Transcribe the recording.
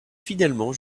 fidèlement